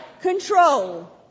control